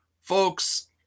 Folks